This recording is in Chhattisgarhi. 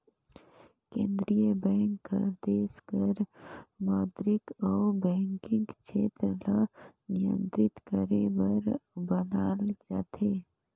केंद्रीय बेंक हर देस कर मौद्रिक अउ बैंकिंग छेत्र ल नियंत्रित करे बर बनाल जाथे